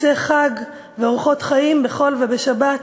טקסי חג ואורחות חיים בחול ובשבת,